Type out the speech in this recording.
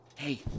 Hey